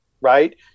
right